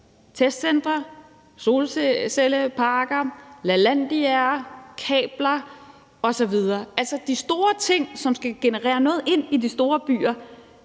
testcentre, solcelleparker, Lalandiaer, kabler osv. – altså de store ting, som skal generere noget ind i de store byer,